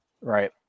Right